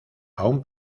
aún